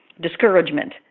discouragement